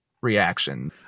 reaction